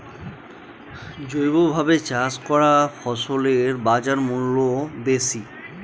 জৈবভাবে চাষ করা ফসলের বাজারমূল্য বেশি